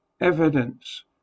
Evidence